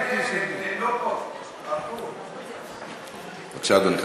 רונית, תקראי, בבקשה, אדוני.